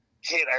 hit